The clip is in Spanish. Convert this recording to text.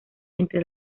entre